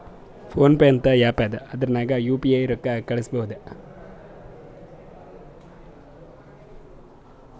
phone pay ಅಂತ app ಅದಾ ಅದುರ್ನಗ್ ಯು ಪಿ ಐ ರೊಕ್ಕಾ ಕಳುಸ್ಬೋದ್